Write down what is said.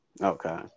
Okay